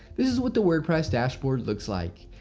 this is what the wordpress dashboard looks like.